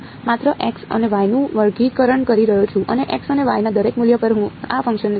હું માત્ર x અને y નું વર્ગીકરણ કરી રહ્યો છું અને x અને y ના દરેક મૂલ્ય પર હું આ ફંક્શનને ઠીક કરી રહ્યો છું